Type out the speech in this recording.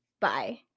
bye